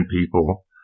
people